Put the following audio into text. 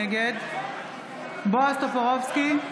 נגד בועז טופורובסקי,